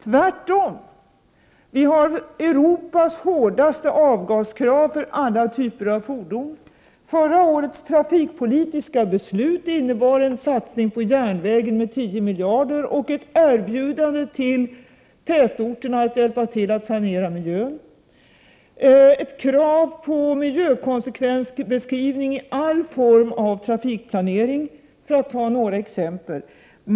Tvärtom har vi Europas hårdaste avgaskrav för alla typer av fordon. Förra årets trafikpolitiska beslut innebar en satsning på järnvägen med 10 miljarder kronor och ett erbjudande till tätorterna att hjälpa till med att sanera miljön. Vidare innebar det ett krav på miljökonsekvensbeskrivning vid all form av trafikplanering, detta för att ta några exempel.